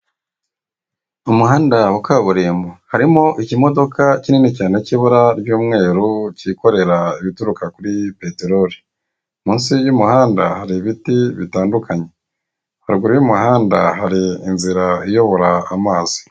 Umuhanda wa kaburimbo harimo ikimodoka kinini cyane cy'ibara ry'umweru kikorera ibituruka kuri peteroli, munsi y'umuhanda hari ibiti bitandukanye, haruguru y'umuhanda hari inzira iyobora amazi.